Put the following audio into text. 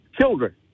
children